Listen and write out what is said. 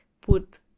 put